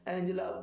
Angela